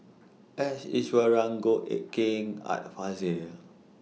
S Iswaran Goh Eck Kheng Art Fazil